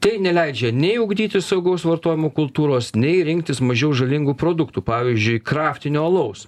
tai neleidžia nei ugdyti saugaus vartojimo kultūros nei rinktis mažiau žalingų produktų pavyzdžiui kraftinio alaus